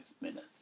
minutes